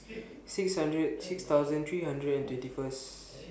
six hundred six thousand three hundred and twenty First